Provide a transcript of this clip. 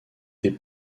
des